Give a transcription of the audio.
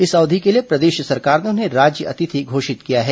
इस अवधि के लिए प्रदेश सरकार ने उन्हें राज्य अतिथि घोषित किया है